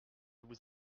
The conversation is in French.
vous